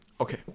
Okay